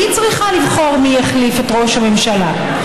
והיא צריכה לבחור מי יחליף את ראש הממשלה,